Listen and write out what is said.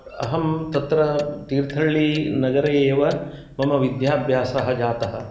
अहं तत्र तीर्थहल्लिनगरे एव मम विद्याभ्यासः जातः